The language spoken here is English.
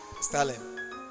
stalin